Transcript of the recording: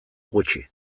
gutxi